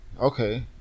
okay